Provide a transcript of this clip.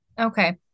Okay